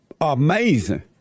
Amazing